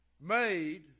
made